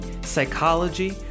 psychology